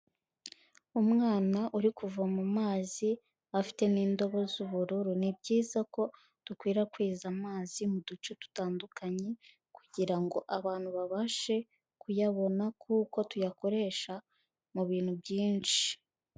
Umwana uri kuvoma amazi, afite n'indobo z'ubururu, ni byiza ko dukwirakwiza amazi mu duce dutandukanye, kugira ngo abantu babashe kuyabona kuko tuyakoresha mu bintu byinshi.